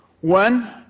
One